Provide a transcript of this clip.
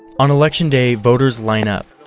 on election day, voters line up,